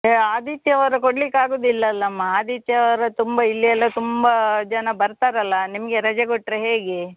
ಏ ಆದಿತ್ಯವಾರ ಕೊಡ್ಲಿಕ್ಕೆ ಆಗೋದಿಲ್ಲಲ್ಲ ಅಮ್ಮ ಆದಿತ್ಯವಾರ ತುಂಬ ಇಲ್ಲಿ ಎಲ್ಲ ತುಂಬ ಜನ ಬರ್ತಾರಲ್ಲ ನಿಮಗೆ ರಜೆ ಕೊಟ್ಟರೆ ಹೇಗೆ